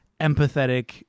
empathetic